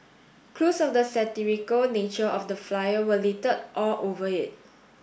clues of the satirical nature of the flyer were littered all over it